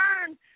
turn